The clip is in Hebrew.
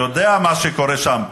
אני יודע מה שקורה שם.